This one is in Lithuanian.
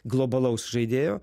globalaus žaidėjo